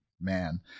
man